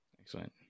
Excellent